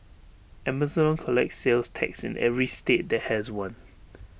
Amazon collects sales tax in every state that has one